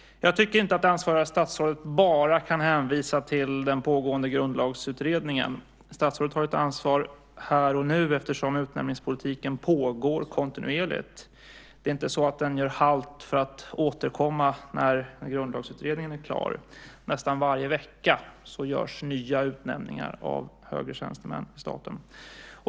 Jag tycker inte att det ansvariga statsrådet bara kan hänvisa till den pågående Grundlagsutredningen. Statsrådet har ett ansvar här och nu eftersom utnämningspolitiken pågår kontinuerligt. Det är inte så att den gör halt för att återkomma när Grundlagsutredningen är klar. Nästan varje vecka görs nya utnämningar av högre tjänstemän i staten.